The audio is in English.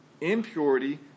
impurity